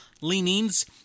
leanings